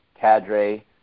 cadre